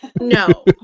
No